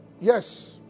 Yes